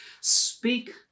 Speak